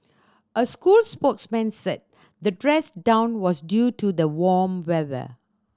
a school spokesman said the dress down was due to the warm weather